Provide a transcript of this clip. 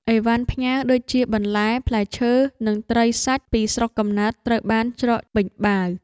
អីវ៉ាន់ផ្ញើដូចជា បន្លែ ផ្លែឈើ និងត្រីសាច់ពីស្រុកកំណើតត្រូវបានច្រកពេញបាវ។